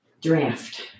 Draft